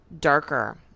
darker